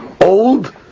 old